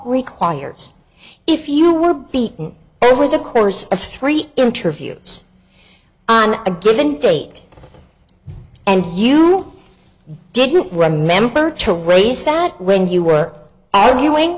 requires if you were beaten over the course of three interviews on a given date and you didn't remember to raise that when you were arguing